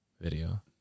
video